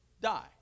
die